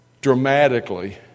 Dramatically